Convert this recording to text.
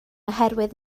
oherwydd